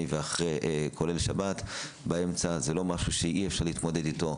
ואחרי כולל שבת באמצע זה לא משהו שאי אפשר להתמודד איתו.